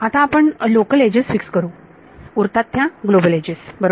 आता आपण local edges fix करू उरतात त्या ग्लोबल एजेस बरोबर